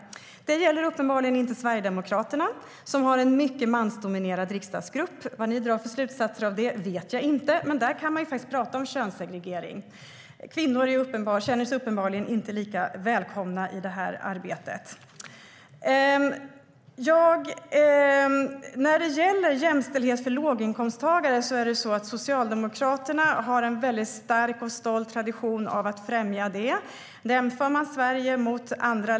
Det gäller uppenbarligen inte Sverigedemokraterna, som har en mycket mansdominerad riksdagsgrupp. Vad ni drar för slutsatser av det vet jag inte. Men där kan man faktiskt prata om könssegregering. Kvinnor känner sig uppenbarligen inte lika välkomna i det här arbetet. Socialdemokraterna har en väldigt stark och stolt tradition att främja jämställdhet för låginkomsttagare.